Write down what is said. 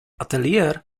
atelier